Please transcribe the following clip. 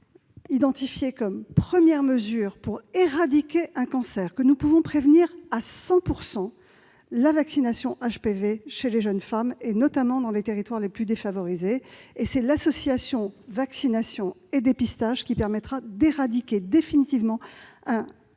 identifié comme première mesure pour éradiquer un cancer que nous pouvons prévenir à 100 % la vaccination HPV chez les jeunes femmes, notamment dans les territoires les plus défavorisés. C'est l'association vaccination et dépistage qui permettra d'éradiquer définitivement un